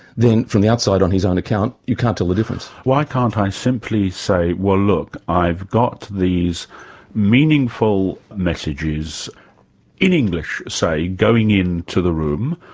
then from the outside on his own account you can't tell the difference. why can't i simply say, well look, i've got these meaningful messages in english, say, going in to the room,